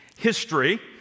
history